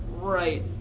right